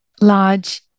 large